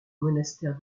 monastère